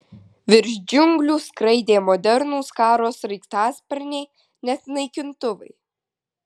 virš džiunglių skraidė modernūs karo sraigtasparniai net naikintuvai